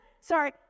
Sorry